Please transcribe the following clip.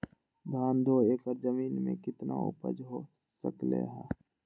धान दो एकर जमीन में कितना उपज हो सकलेय ह?